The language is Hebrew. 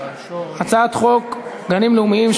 הצעת חוק גנים לאומיים,